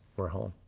we're home.